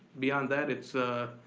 beyond that it's,